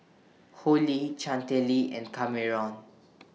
Hollie Chantelle and Kameron